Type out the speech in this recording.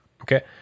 Okay